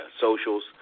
socials